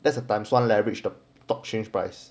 that's the times one leverage the stock change price